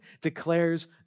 declares